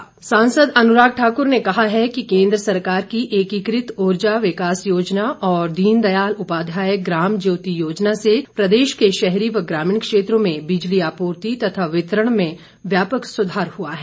अनुराग सांसद अनुराग ठाकुर ने कहा है कि केन्द्र सरकार की एकीकृत ऊर्जा विकास योजना और दीनदयाल उपाध्याय ग्राम ज्योति योजना से प्रदेश के शहरी व ग्रामीण क्षेत्रों में बिजली आपूर्ति तथा वितरण में व्यापक सुधार हुआ है